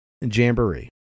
Jamboree